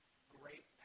Great